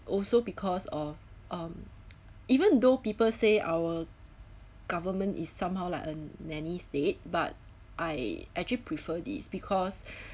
also because of um even though people say our government is somehow like a nanny state but I actually prefer this because